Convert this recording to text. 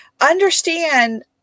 understand